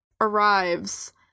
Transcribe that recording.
arrives